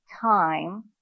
time